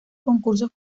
concursos